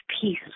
peace